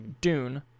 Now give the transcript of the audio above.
Dune